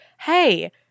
hey